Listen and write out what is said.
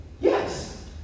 Yes